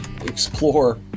explore